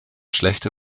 schlechte